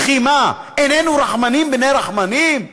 וכי מה, איננו רחמנים בני רחמנים?